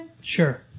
Sure